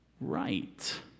right